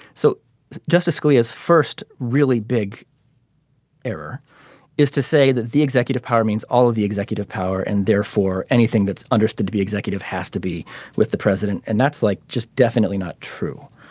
so justice scalia's first really big error is to say that the executive power means all of the executive power and therefore anything that's understood to be executive has to be with the president. and that's like just definitely not true.